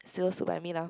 still sit by me now